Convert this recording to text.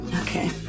Okay